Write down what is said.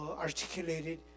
articulated